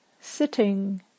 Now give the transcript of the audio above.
sitting